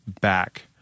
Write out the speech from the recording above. back